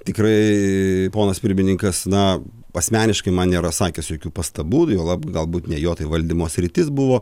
tikraaai ponas pirmininkas na asmeniškai man nėra sakęs jokių pastabų juolab galbūt ne jo tai valdymo sritis buvo